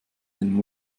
den